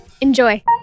Enjoy